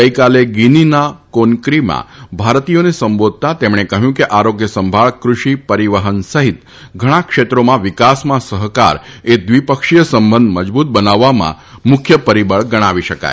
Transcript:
ગઇકાલે ગીનીના કોનક્રીમાં ભારતીયોને સંબોધતા તેમણે કહ્યું કે આરોગ્યસંભાળ કૃષિ પરિવહન સહિત ઘણાં ક્ષેત્રોમાં વિકાસમાં સહકાર એ દ્વિપક્ષીય સંબંધ મજબૂત બનાવવામાં મુખ્ય પરિબળ ગણાવી શકાય